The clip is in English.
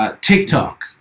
TikTok